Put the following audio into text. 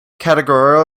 categorical